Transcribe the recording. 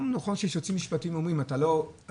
נכון שיש יועצים משפטיים שאומרים שכשאתה